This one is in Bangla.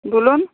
বলুন